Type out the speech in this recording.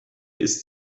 ist